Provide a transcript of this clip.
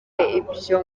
ibyo